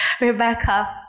Rebecca